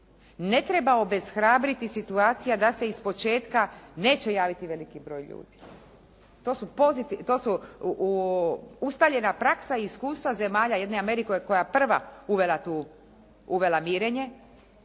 Ne treba obeshrabriti situacija da se iz početka neće javiti veliki broj ljudi. To su ustaljena praksa i iskustva zemalja jedne Amerike koja je prva uvela mirenje